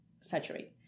saturate